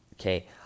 okay